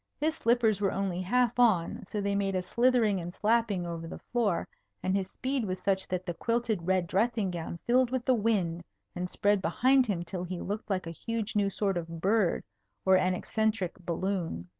his slippers were only half on, so they made a slithering and slapping over the floor and his speed was such that the quilted red dressing-gown filled with the wind and spread behind him till he looked like a huge new sort of bird or an eccentric balloon.